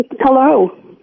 Hello